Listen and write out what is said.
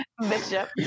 Bishop